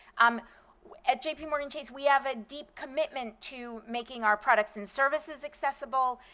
um at jpmorgan chase we have a deep commitment to making our products and services accessible,